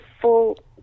full